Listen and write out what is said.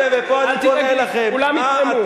אל תדאגי, כולם יתרמו.